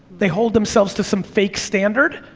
they hold themselves to some fake standard,